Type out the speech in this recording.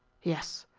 yes,